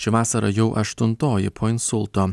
ši vasara jau aštuntoji po insulto